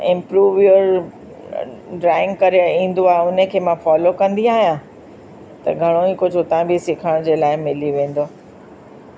improve your drawing करे ईंदो आहे उन खे मां फ़ॉलो कंदी आहियां त घणो ई कुझु उतां बि सिखण जे लाइ मिली वेंदो